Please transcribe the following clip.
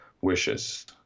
wishes